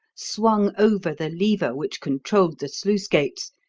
swung over the lever which controlled the sluice gates,